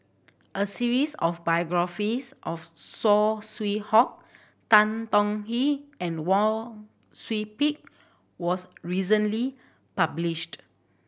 a series of biographies of Saw Swee Hock Tan Tong Hye and Wang Sui Pick was recently published